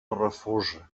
refosa